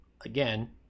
Again